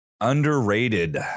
Underrated